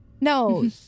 No